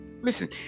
Listen